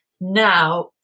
now